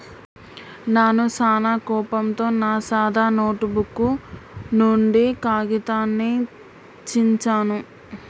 నాను సానా కోపంతో నా సాదా నోటుబుక్ నుండి కాగితాన్ని చించాను